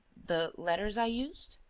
the letters i used?